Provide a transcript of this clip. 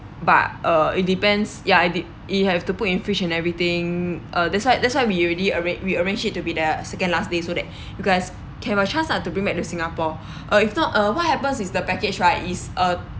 but uh it depends ya it did it have to put in fridge and everything uh that's why that's why we already arrange we arranged it to be there second last day so that you guys can have a chance ah to bring back to singapore uh if not uh what happens is the package right is uh